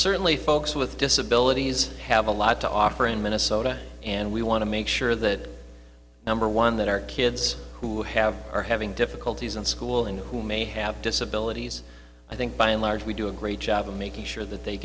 certainly folks with disabilities have a lot to offer in minnesota and we want to make sure that number one that our kids who have are having difficulties in school and who may have disabilities i think by and large we do a great job of making sure that they